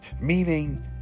Meaning